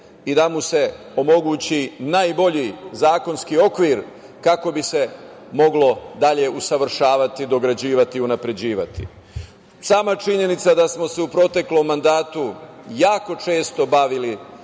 i da mu se omogući najbolji zakonski okvir kako bi se moglo dalje usavršavati, dograđivati, unapređivati. Sama činjenica da smo se u proteklom mandatu jako često bavili